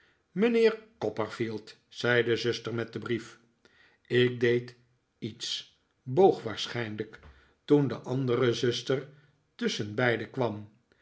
mijnheer copperfield zei de zuster met den brief ik deed iets boog waarschijnlijk toen de andere zuster tusschenbeide kwam